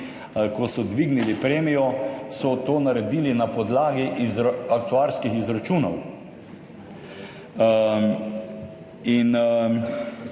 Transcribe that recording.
ko so dvignili premijo, so to naredili na podlagi aktuarskih izračunov. In